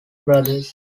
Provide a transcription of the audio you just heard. brothers